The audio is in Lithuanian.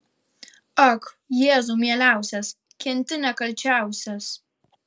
ak jėzau mieliausias kenti nekalčiausias